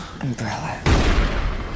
Umbrella